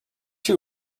you